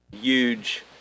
Huge